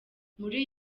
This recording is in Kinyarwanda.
muri